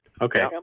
Okay